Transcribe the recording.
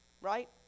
Right